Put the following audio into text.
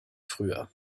früher